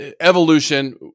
evolution